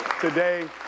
today